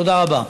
תודה רבה.